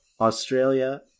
Australia